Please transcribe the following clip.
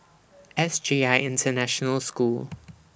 S J I International School